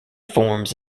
forms